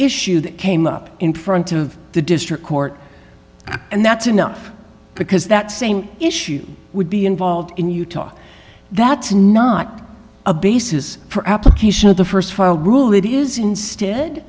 issue that came up in front of the district court and that's enough because that same issue would be involved in utah that's not a basis for application of the st filed rule that is instead